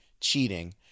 cheating